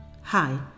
hi